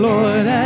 Lord